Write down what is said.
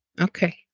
Okay